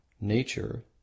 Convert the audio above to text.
nature